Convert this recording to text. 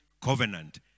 Covenant